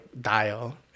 Dial